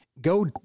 Go